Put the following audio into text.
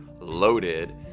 loaded